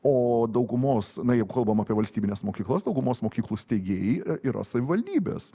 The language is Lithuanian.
o daugumos na jei kalbam apie valstybines mokyklas daugumos mokyklų steigėjai yra savivaldybės